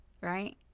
right